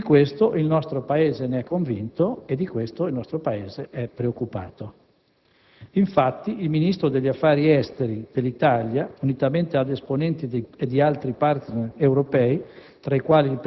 Di questo il nostro Paese ne è convinto e ne è preoccupato. Infatti, il Ministro degli affari esteri dell'Italia, unitamente ad esponenti di altri Paesi *partner* europei,